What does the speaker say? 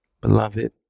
Beloved